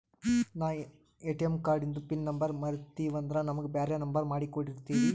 ನಾನು ಎ.ಟಿ.ಎಂ ಕಾರ್ಡಿಂದು pin number ಮರತೀವಂದ್ರ ನಮಗ ಬ್ಯಾರೆ ನಂಬರ್ ಮಾಡಿ ಕೊಡ್ತೀರಿ?